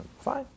Fine